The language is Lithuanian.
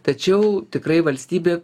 tačiau tikrai valstybė